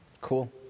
Cool